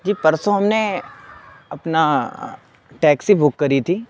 جی پرسوں ہم نے اپنا ٹیکسی بک کری تھی